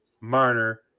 Marner